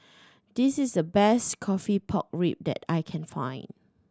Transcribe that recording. this is the best coffee pork rib that I can find